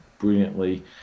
brilliantly